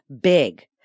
big